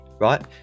right